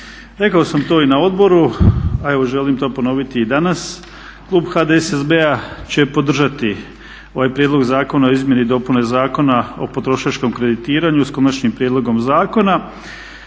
Rekao sam to i na odboru, a evo želim to ponoviti i danas klub HDSSB-a će podržati ovaj prijedlog Zakona o izmjeni i dopuni Zakona o potrošačkom kreditiranju s konačnim prijedlogom zakona